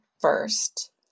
first